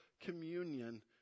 communion